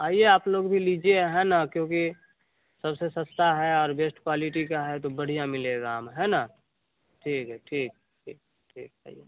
आइये आप लोग भी लीजिए है न क्योंकि सबसे सस्ता है और बहुत बेस्ट क्वालिटी का है तो बढ़िया मिलेगा है न ठीक है ठीक ठीक